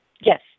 Yes